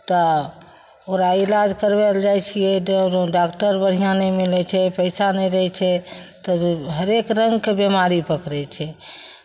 तऽ ओकरा इलाज करबै लए जाइ छियै तऽ डॉक्टर बढ़िआँ नहि मिलै छै पैसा नहि रहै छै तऽ हरेक रङ्गके बिमारी पकड़ै छै